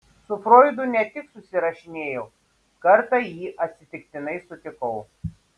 su froidu ne tik susirašinėjau kartą jį atsitiktinai sutikau